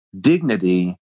dignity